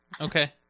Okay